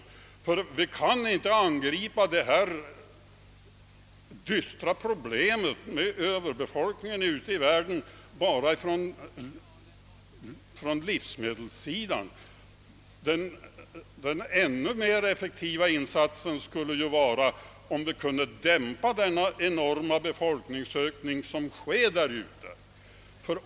Vi kan inte angripa det dystra problemet med Ööverbefolkningen i världen bara från livsmedelssidan; den ännu mer effektiva insatsen skulle vara om vi kunde dämpa den enorma befolkningsökningen där.